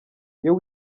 iyo